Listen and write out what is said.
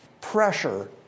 pressure